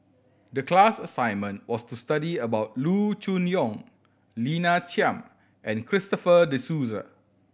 the class assignment was to study about Loo Choon Yong Lina Chiam and Christopher De Souza